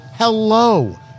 Hello